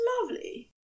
lovely